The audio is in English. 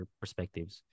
perspectives